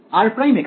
r' এখানে